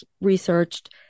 researched